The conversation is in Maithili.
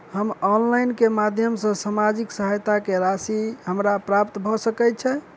हम ऑनलाइन केँ माध्यम सँ सामाजिक सहायता केँ राशि हमरा प्राप्त भऽ सकै छै?